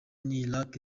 iraq